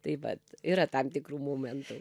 taip vat yra tam tikrų momentų